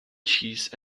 cheese